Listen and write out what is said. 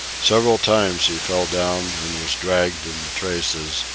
several times he fell down and was dragged in the traces,